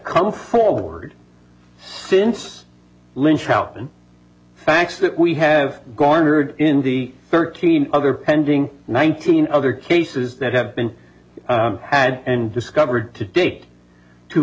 come forward since lynch out the facts that we have garnered in the thirteen other pending nineteen other cases that have been had and discovered to date to